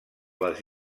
les